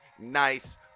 nice